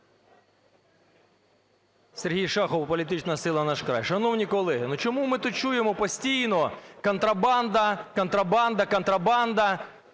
Сергій Шахов, політична сила "Наш край". Шановні колеги, ну, чому ми тут чуємо постійно: "Контрабанда, контрабанда, контрабанда"?